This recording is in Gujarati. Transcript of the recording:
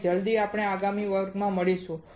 અને જલદી આપણે આગામી વર્ગમાં મળીશું